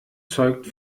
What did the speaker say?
zeugt